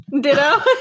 ditto